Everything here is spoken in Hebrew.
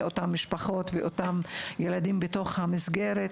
אותן משפחות ואותם ילדים בתוך המסגרת,